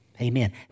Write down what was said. Amen